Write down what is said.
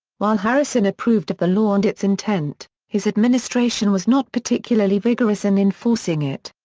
while harrison approved of the law and its intent, his administration was not particularly vigorous in enforcing it.